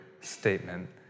statement